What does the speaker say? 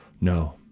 No